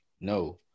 no